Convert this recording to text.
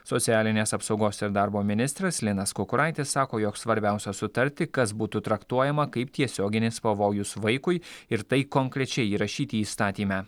socialinės apsaugos ir darbo ministras linas kukuraitis sako jog svarbiausia sutarti kas būtų traktuojama kaip tiesioginis pavojus vaikui ir tai konkrečiai įrašyti įstatyme